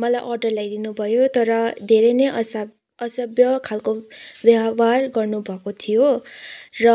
मलाई अर्डर ल्याइदिनु भयो तर धेरै नै असाब असभ्य खालको व्यवहार गर्नभएको थियो र